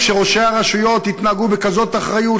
כשראשי הרשויות התנהגו בכזאת אחריות,